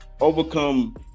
overcome